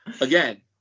again